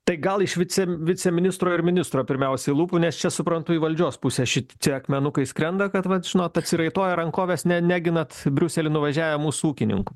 tai gal iš vicem viceministro ir ministro pirmiausia lūpų nes čia suprantu į valdžios pusę šit čia akmenukai skrenda kad vat žinot atsiraitoję rankoves ne neginat briusely nuvažiavę mūsų ūkininkų